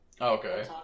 okay